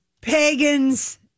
pagans